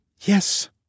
Yes